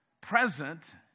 present